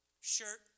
shirt